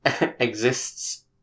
exists